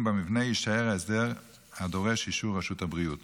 במבנה יישאר ההסדר הדורש את אישור רשות הבריאות.